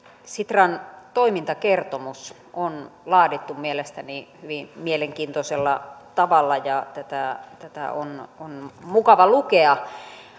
sitran toimintakertomus on laadittu mielestäni hyvin mielenkiintoisella tavalla ja tätä tätä on on mukava lukea